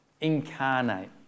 incarnate